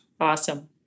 Awesome